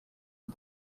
see